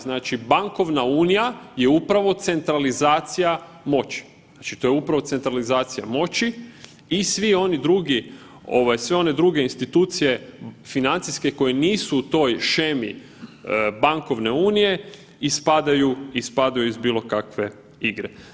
Znači, bankovna unija je upravo centralizacija moći, znači to je upravo centralizacija moći i svi oni drugi, ovaj sve one druge institucije financijske koje nisu u toj shemi bankovne unije ispadaju, ispadaju iz bilo kakve igre.